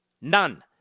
None